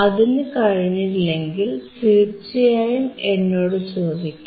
അതിനു കഴിഞ്ഞില്ലെങ്കിൽ തീർച്ചയായും എന്നോടു ചോദിക്കാം